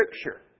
Scripture